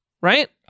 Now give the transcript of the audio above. right